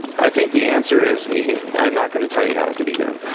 i think the answer is i'm not going to tell you how it could be done.